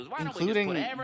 including